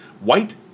white